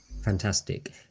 Fantastic